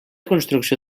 construcció